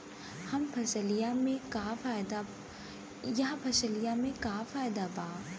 यह फसलिया में का फायदा बा?